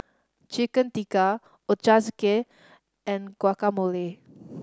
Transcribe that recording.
Chicken Tikka Ochazuke and Guacamole